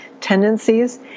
tendencies